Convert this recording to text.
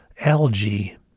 algae